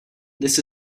this